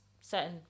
certain